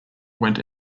went